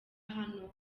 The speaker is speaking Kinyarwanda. hano